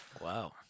Wow